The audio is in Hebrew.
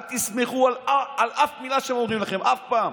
אל תסמכו על אף מילה שהם אומרים לכם, אף פעם.